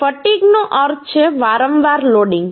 fatigue નો અર્થ છે વારંવાર લોડિંગ